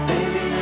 Baby